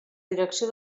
direcció